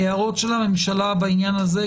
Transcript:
הערות הממשלה בעניין הזה?